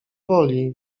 woli